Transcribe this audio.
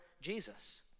Jesus